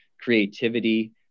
creativity